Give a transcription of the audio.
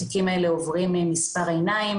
התיקים האלה עוברים מספר עיניים